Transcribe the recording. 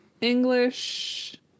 English